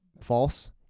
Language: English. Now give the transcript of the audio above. false